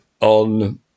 on